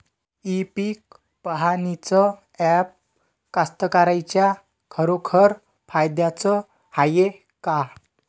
इ पीक पहानीचं ॲप कास्तकाराइच्या खरोखर फायद्याचं हाये का?